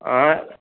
आँय